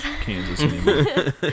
Kansas